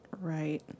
right